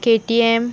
KTM